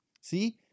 see